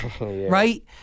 right